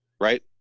Right